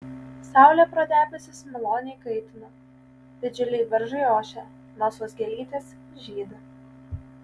saulė pro debesis maloniai kaitina didžiuliai beržai ošia melsvos gėlytės žydi